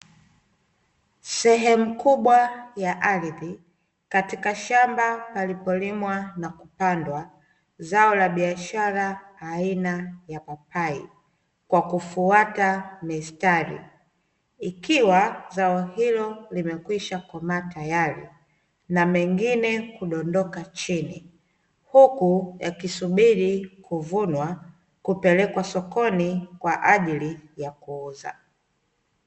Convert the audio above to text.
Sehemu kubwa ya ardhi katika shamba palipolimwa na kupandwa zao la biashara aina ya papai kwa kufuata mistari, ikiwa zao hilo limekwisha komaa tayari, na mengine kudondoka chini, huku yakisubiri kuvunwa, kupelekwa sokoni kwa ajili ya kuuza.